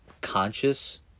Conscious